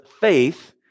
faith